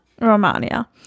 Romania